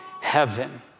heaven